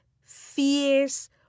fears